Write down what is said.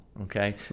Okay